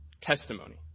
testimony